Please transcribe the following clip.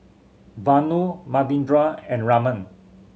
Vanu Manindra and Raman